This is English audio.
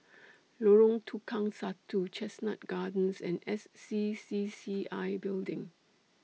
Lorong Tukang Satu Chestnut Gardens and S C C C I Building